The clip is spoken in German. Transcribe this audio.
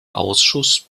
ausschuss